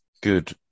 good